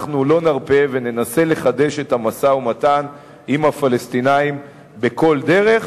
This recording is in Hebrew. אנחנו לא נרפה וננסה לחדש את המשא-ומתן עם הפלסטינים בכל דרך,